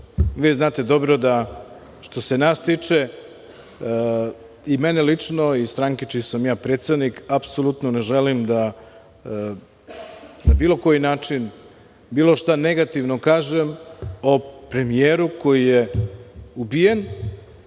vi znate dobro da, što se nas tiče, mene lično i stranke čiji sam ja predsednik, apsolutno ne želim da na bilo koji način bilo šta negativno kažem o premijeru koji je ubijen,